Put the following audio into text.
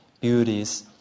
beauties